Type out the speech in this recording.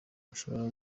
bashobora